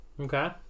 Okay